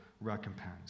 recompense